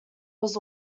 was